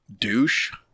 douche